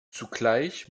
zugleich